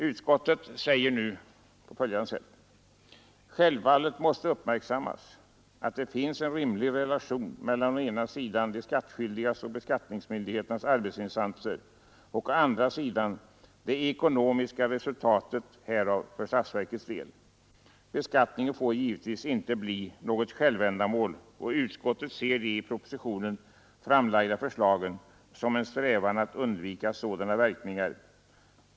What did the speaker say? Utskottet säger nu: ”Självfallet måste uppmärksammas att det finns en rimlig relation mellan å ena sidan de skattskyldigas och beskattningsmyndigheternas arbetsinsatser och å andra sidan det ekonomiska resultatet härav för statsverkets del. Beskattningen får givetvis inte bli något självändamål och utskottet ser de i propositionen framlagda förslagen främst som en strävan att undvika sådana verkningar.